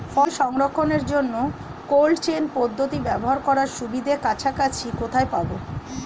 ফল সংরক্ষণের জন্য cold chain পদ্ধতি ব্যবহার করার সুবিধা কাছাকাছি কোথায় পাবো?